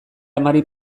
amari